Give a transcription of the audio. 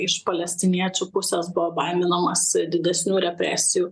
iš palestiniečių pusės buvo baiminamasi didesnių represijų